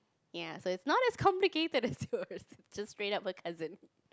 ya so is not as complicated as you just straight up a cousin